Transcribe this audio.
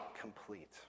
complete